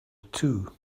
too